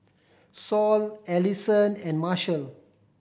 Sol Ellison and Marshal